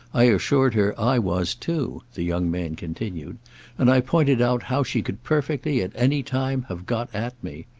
i assured her i was too, the young man continued and i pointed out how she could perfectly, at any time, have got at me.